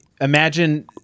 imagine